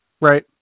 Right